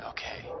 Okay